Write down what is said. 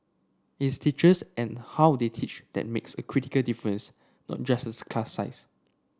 is teachers and how they teach that makes a critical difference not just the class size